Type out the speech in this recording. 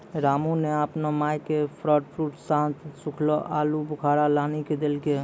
रामू नॅ आपनो माय के ड्रायफ्रूट साथं सूखलो आलूबुखारा लानी क देलकै